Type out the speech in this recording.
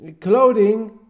clothing